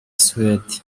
suwede